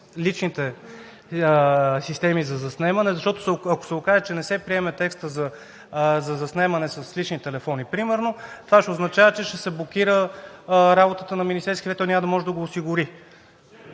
личните системи за заснемане, защото, ако се окаже, че не се приеме текстът за заснемане с лични телефони примерно, това ще означава, че ще се блокира работата на Министерския съвет – той няма да може да го осигури.